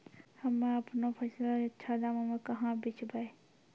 हम्मे आपनौ फसल अच्छा दामों मे कहाँ बेचबै?